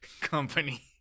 company